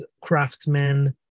craftsmen